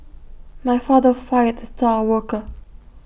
my father fired the star worker